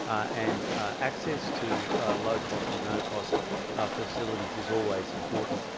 and access to low cost or no cost facilities is always important.